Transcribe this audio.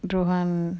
rohan